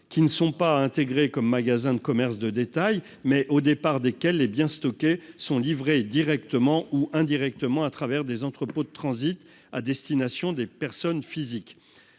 qui ne sont pas intégrés comme magasin de commerce de détail mais au départ desquels hé bien sont livrés directement ou indirectement, à travers des entrepôts de transit à destination des personnes physiques